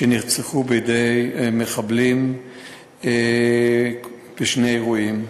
שנרצחו בידי מחבלים בשני אירועים.